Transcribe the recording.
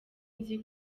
nzi